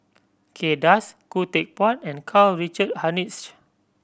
Kay Das Khoo Teck Puat and Karl Richard Hanitsch